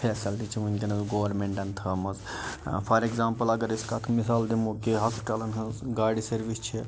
facility چھِ وُنکٮ۪نس گورمیٚنٹن تھٲمٕژ فار ایٚکزامپٕل اگر أسۍ کانٛہہ مِثال دِمو کہِ ہاسپِٹَلن ہٕنٛز گاڑِ سٔروِس چھِ